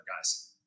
guys